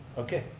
okay.